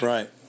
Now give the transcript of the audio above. Right